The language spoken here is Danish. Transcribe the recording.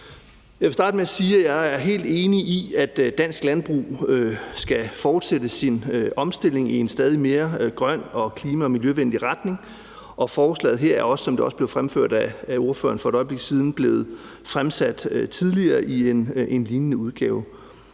Jeg vil starte med at sige, at jeg er helt enig i, at dansk landbrug skal fortsætte sin omstilling i en stadig mere grøn og klima- og miljøvenlig retning. Forslaget her er, som det også blev fremført er ordføreren for et øjeblik siden, også blevet fremsat tidligere i en lignende udgave.